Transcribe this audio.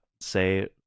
say